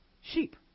sheep